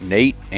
Nate